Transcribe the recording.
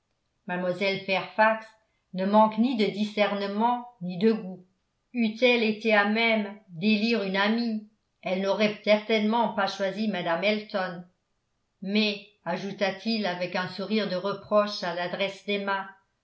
mlle fairfax ne manque ni de discernement ni de goût eût-elle été à même d'élire une amie elle n'aurait certainement pas choisi mme elton mais ajouta-t-il avec un sourire de reproche à l'adresse d'emma